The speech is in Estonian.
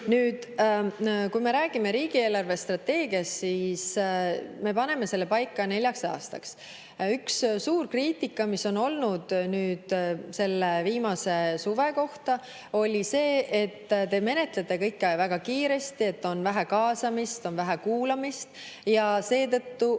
me räägime riigi eelarvestrateegiast, siis me paneme selle paika neljaks aastaks. Üks suur kriitika, mis on olnud selle viimase suve kohta, oli see, et me menetleme kõike väga kiiresti, on vähe kaasamist, on vähe kuulamist. Seetõttu